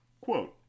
Quote